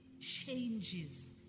changes